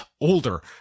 older